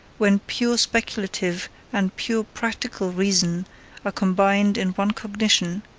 when pure speculative and pure practical reason are combined in one cognition,